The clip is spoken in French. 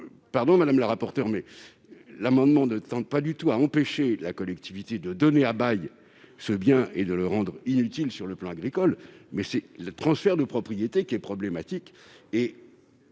madame la rapporteure, mais l'amendement ne tend aucunement à empêcher la collectivité de donner à bail ce bien et de le rendre inutile sur le plan agricole. C'est bien le transfert de propriété qui est problématique.